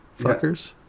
Fuckers